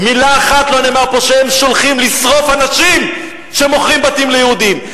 מלה אחת לא נאמרה פה שהם שולחים לשרוף אנשים שמוכרים בתים ליהודים.